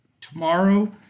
tomorrow